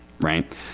right